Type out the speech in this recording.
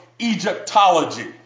Egyptology